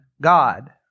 God